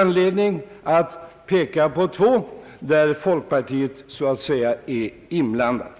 anledning att peka på två, där folkpartiet är inblandat.